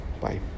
bye